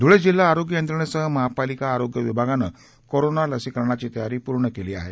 ध्ळे जिल्हा आरोग्य यंत्रणेसह महापालिका आरोग्य विभागानं कोरोना लसीकरणाची तयारी पुर्ण केली आहे